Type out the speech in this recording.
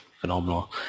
phenomenal